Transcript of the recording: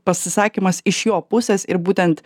pasisakymas iš jo pusės ir būtent